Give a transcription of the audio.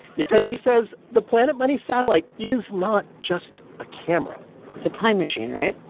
because she says the planet money satellite is not just a camera it's a time machine, right?